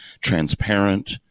transparent